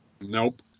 Nope